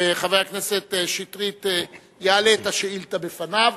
וחבר הכנסת שטרית יעלה את השאילתא בפניו,